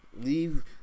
Leave